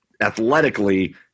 athletically